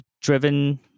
driven